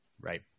Right